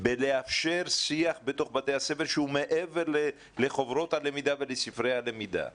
בלאפשר שיח בתוך בתי הספר שהוא מעבר לחוברות הלמידה ולספרי הלמידה.